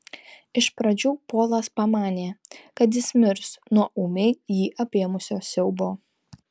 iš pradžių polas pamanė kad jis mirs nuo ūmai jį apėmusio siaubo